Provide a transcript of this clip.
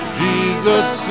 jesus